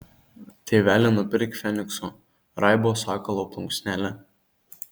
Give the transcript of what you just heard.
tėveli nupirk fenikso raibo sakalo plunksnelę